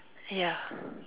ya